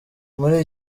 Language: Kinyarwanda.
muri